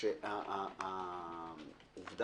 שהם לא מוכרים.